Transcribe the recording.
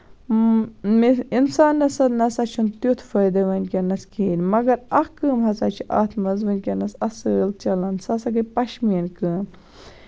مےٚ اِنسانَس نسا چھُنہٕ تیُتھ فٲیدٕ ؤنکیٚنَس کِہینۍ نہٕ مَگر اکھ کٲم ہسا چھِ اَتھ منٛز ؤنکیٚنس اَصٕل چلان سۄ ہسا گے پَشمیٖن کٲم